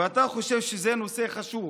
ואתה חושב שזה נושא חשוב.